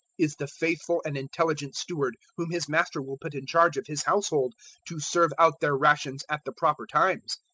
is the faithful and intelligent steward whom his master will put in charge of his household to serve out their rations at the proper times?